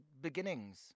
beginnings